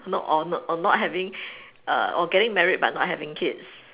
not all not or not having err or getting married but not having kids